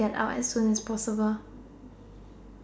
get out as soon as possible